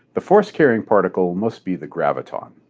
the force carrying particle must be the graviton.